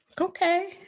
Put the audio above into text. Okay